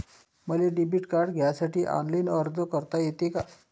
मले debit card घ्यासाठी online अर्ज करता येते का?